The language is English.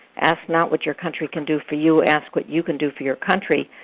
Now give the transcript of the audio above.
ask not what your country can do for you, ask what you can do for your country,